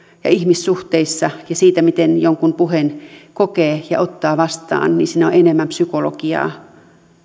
ja ihmissuhteissa ja siinä miten jonkun puheen kokee ja ottaa vastaan on enemmän psykologiaa